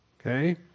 okay